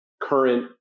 current